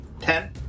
ten